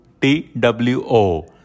T-W-O